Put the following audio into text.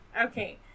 Okay